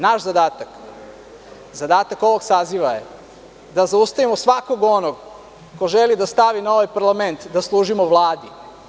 Naš zadatak, zadatak ovog saziva je da zaustavimo svakog ko želi da stavi na ovaj parlament da „služimo Vladi“